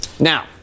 Now